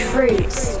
Fruits